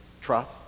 trust